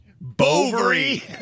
Bovary